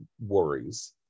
worries